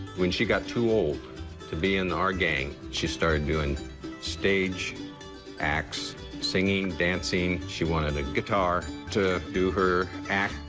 when she got too old to be in our gang, she started doing stage acts singing, dancing. she wanted a guitar to do her act.